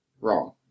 wrong